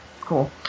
cool